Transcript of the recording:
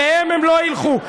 אליהן הם לא ילכו.